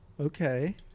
Okay